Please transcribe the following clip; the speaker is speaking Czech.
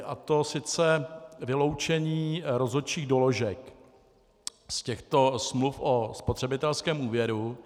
A to sice vyloučení rozhodčích doložek z těchto smluv o spotřebitelském úvěru.